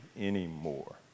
anymore